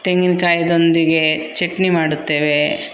ತೆಂಗಿನ್ಕಾಯೊಂದಿಗೆ ಚಟ್ನಿ ಮಾಡುತ್ತೇವೆ